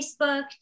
Facebook